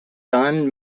don